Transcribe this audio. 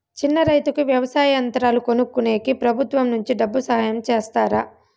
చిన్న రైతుకు వ్యవసాయ యంత్రాలు కొనుక్కునేకి ప్రభుత్వం నుంచి డబ్బు సహాయం చేస్తారా?